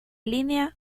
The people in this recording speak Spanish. línea